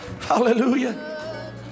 Hallelujah